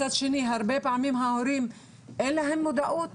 מצד שני, הרבה פעמים ההורים, אין להם מודעות.